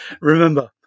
Remember